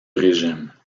régime